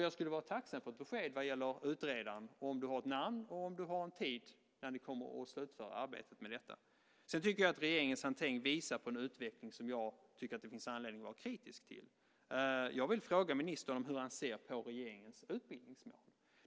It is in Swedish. Jag skulle vara tacksam för ett besked vad gäller utredaren, om du har ett namn och om du har en tid när ni kommer att slutföra arbetet med detta. Sedan tycker jag att regeringens hantering visar på en utveckling som jag tycker att det finns anledning att vara kritisk till. Jag vill fråga ministern hur han ser på regeringens utbildningsmål.